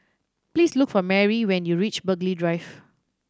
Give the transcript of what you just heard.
please look for Marry when you reach Burghley Drive